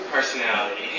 Personality